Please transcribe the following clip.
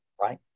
right